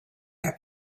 their